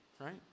right